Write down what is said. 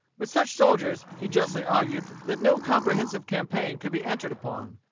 with such soldiers, he justly argued that no comprehensive campaign could be entered upon.